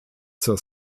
zur